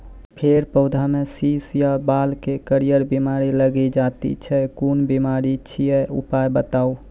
फेर पौधामें शीश या बाल मे करियर बिमारी लागि जाति छै कून बिमारी छियै, उपाय बताऊ?